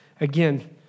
again